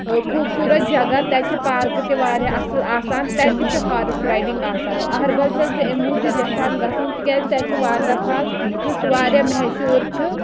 خوٗبصوٗرت جگہ تَتہِ چھِ پارکہٕ تہِ واریاہ اَصٕل آسان تَتہِ تہِ چھِ ہارٕس رایڈِنٛگ آسان أہربَل چھَس بہٕ اَمہِ موٗجوٗب یَژھان گژھُن تِکیٛازِ تَتہِ چھُ واٹَر فال یُس واریاہ مہشوٗر چھُ